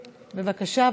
בבקשה,